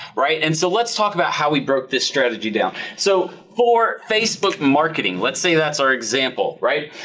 right and so let's talk about how we broke this strategy down. so, for facebook marketing, let's say that's our example, right?